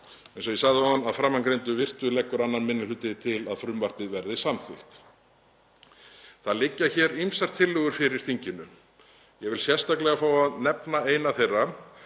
verða viðhöfð. Að framangreindu virtu leggur 2. minni hluti til að frumvarpið verði samþykkt. Það liggja hér ýmsar tillögur fyrir þinginu. Ég vil sérstaklega fá að nefna eina þeirra